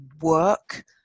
work